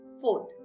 Fourth